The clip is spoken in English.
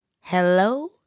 Hello